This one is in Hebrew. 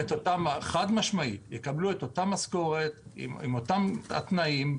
הם יקבלו את אותה משכורת עם אותם התנאים.